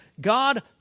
God